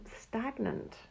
stagnant